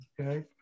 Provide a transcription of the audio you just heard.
Okay